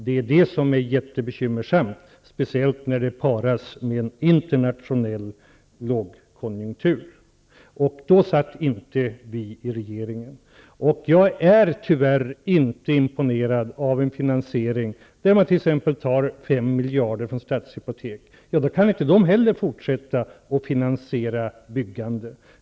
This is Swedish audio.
Det är detta som är så bekymmersamt, speciellt när det sker samtidigt med en internationell lågkonjunktur. Jag är tyvärr inte imponerad av en finansiering som innebär att man t.ex. tar 5 miljarder kronor från Stadshypotek. Då kan inte heller Stadshypotek fortsätta att finansiera byggande.